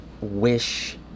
wish